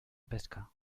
pesca